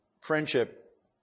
friendship